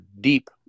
deep